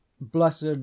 blessed